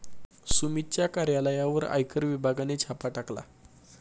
सुमितच्या कार्यालयावर आयकर विभागाने छापा टाकला